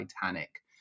titanic